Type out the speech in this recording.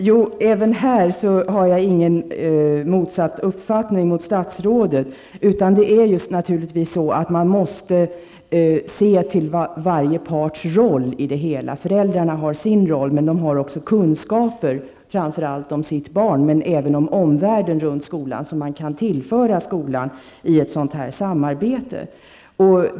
Herr talman! Inte heller här har jag någon annan uppfattning än statsrådet -- det är naturligtvis så att man måste se till varje parts roll i det hela. Föräldrarna har sin roll, men de har också kunskaper, framför allt om sitt barn men även om omvärlden runt skolan, som de kan tillföra skolan i ett sådant här samarbete.